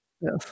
Yes